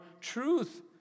truth